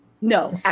No